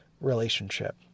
relationship